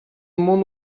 moon